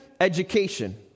education